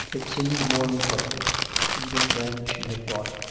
it seemed more incredible even than she had thought,